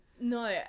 No